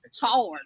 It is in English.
hard